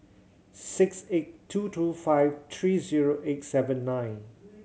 six eight two two five three zero eight seven nine